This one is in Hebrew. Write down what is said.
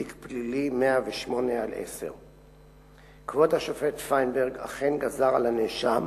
בתיק פלילי 108/10. כבוד השופט פיינברג אכן גזר על הנאשם